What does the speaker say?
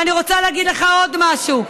ואני רוצה להגיד לך עוד משהו: